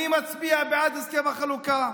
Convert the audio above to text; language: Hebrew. אני מצביע בעד הסכם החלוקה.